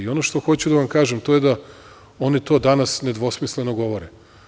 I ono što hoću da vam kažem to je da oni to danas nedvosmisleno govore.